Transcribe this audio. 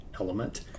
element